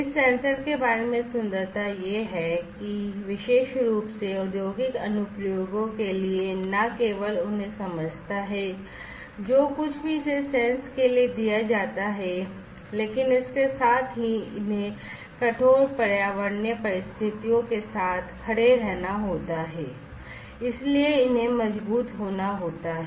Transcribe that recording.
इस सेंसर के बारे में सुंदरता यह है कि विशेष रूप से औद्योगिक अनुप्रयोगों के लिए न केवल उन्हें समझता है जो कुछ भी इसे सेंस के लिए दिया जाता है लेकिन इसके साथ ही इन्हे कठोर पर्यावरणीय परिस्थितियों के साथ खड़े रहना होता हैं इसलिए इन्हे मजबूत होना होता हैं